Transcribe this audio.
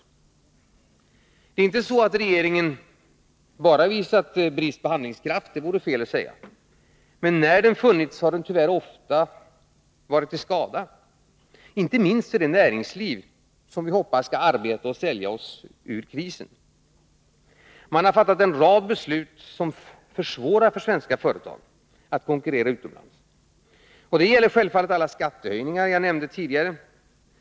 Det är inte så att regeringen bara visat brist på handlingskraft — det vore fel att säga — men när den handlingskraften funnits har den ofta varit till skada, inte minst för det näringsliv som vi hoppas skall kunna arbeta och sälja oss ur krisen. Man har fattat en rad beslut som försvårar för svenska företag att konkurrera utomlands. Det gäller självfallet alla skattehöjningar jag nämnde tidigare.